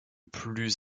plus